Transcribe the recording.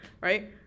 Right